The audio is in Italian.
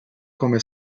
come